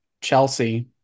Chelsea